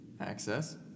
access